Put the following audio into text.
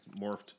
morphed